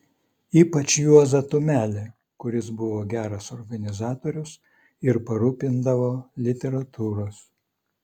ypač juozą tumelį kuris buvo geras organizatorius ir parūpindavo literatūros